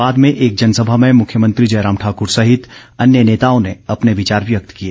बाद में एक जनसभा में मुख्यमंत्री जयराम ठाकर सहित अन्य नेताओं ने अपने विचार व्यक्त किए